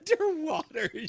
Underwater